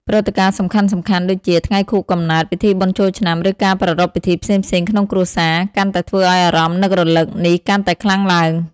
នៅពេលដែលគ្មានការប៉ះពាល់ទាំងនេះ អារម្មណ៍ឯកោ នឹករលឹក និងភាពឆ្ងាយដាច់ពីគ្នាអាចកើតមានឡើង។